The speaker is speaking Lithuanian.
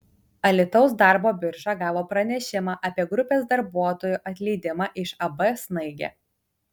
alytaus darbo birža gavo pranešimą apie grupės darbuotojų atleidimą iš ab snaigė